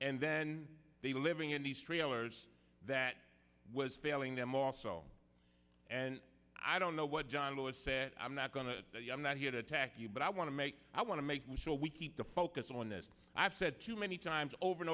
and then they were living in these trailers that was failing them also and i don't know what john lewis said i'm not going to i'm not here to attack you but i want to make i want to make sure we keep the focus on this i've said too many times over and